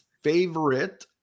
favorite